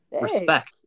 respect